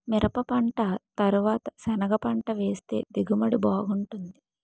మిరపపంట తరవాత సెనగపంట వేస్తె దిగుబడి బాగుంటాది